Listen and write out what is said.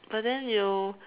but then you